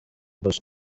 bosco